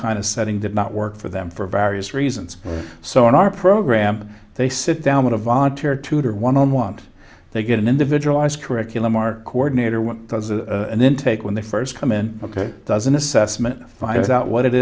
kind of setting did not work for them for various reasons so in our program they sit down with a volunteer tutor one on want they get an individualized curriculum are coordinator what does a and then take when they first come in ok does an assessment find out what it